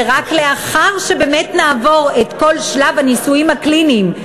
ורק לאחר שנעבור את כל שלב הניסויים הקליניים,